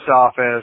office